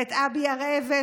ואת אבי הר-אבן,